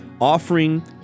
offering